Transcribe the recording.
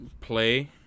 play